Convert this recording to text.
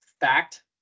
fact